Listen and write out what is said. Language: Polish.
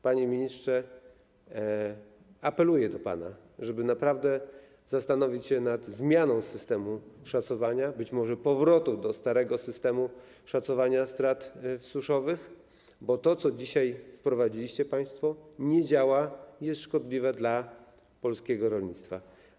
Panie ministrze, apeluję do pana, żeby naprawdę zastanowić się nad zmianą systemu szacowania, być może nad powrotem do starego systemu szacowania strat suszowych, bo to, co wprowadziliście państwo, nie działa i jest szkodliwe dla polskiego rolnictwa.